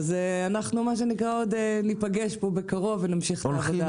אנחנו עוד ניפגש כאן בקרוב ונמשיך את העשייה.